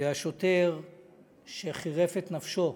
והשוטר שחירף את נפשו,